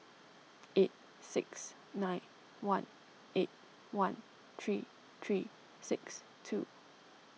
eight six nine one eight one three three six two